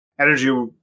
energy